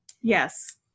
Yes